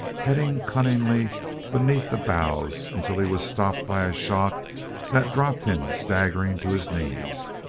heading cunningly beneath the boughs until he was stopped by a shock that dropped him staggering to his knees.